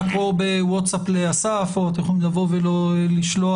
או בווטסאפ לאסף או להודיע.